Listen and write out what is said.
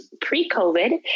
Pre-COVID